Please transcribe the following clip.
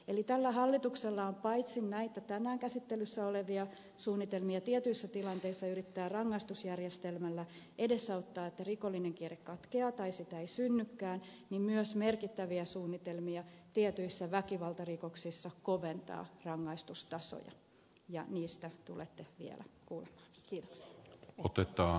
eli tällä hallituksella on paitsi näitä tänään käsittelyssä olevia suunnitelmia tietyissä tilanteissa yrittää rangaistusjärjestelmällä edesauttaa että rikollinen kierre katkeaa tai sitä ei synnykään myös merkittäviä suunnitelmia tietyissä väkivaltarikoksissa koventaa rangaistustasoja ja niistä tulette vielä kuulemaan